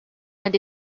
and